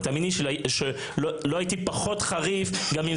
ותאמיני לי שלא הייתי פחות חריף גם אם